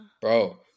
Bro